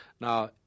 Now